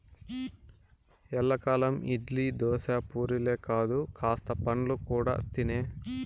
ఎల్లకాలం ఇడ్లీ, దోశ, పూరీలే కాదు కాస్త పండ్లు కూడా తినే